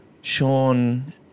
Sean